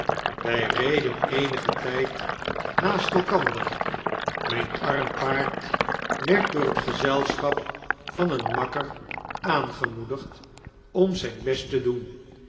wy reden eenigen tyd naast elkander mijn arm paard werd door het gezelschap van een makker aangemoedigd om zp best te doen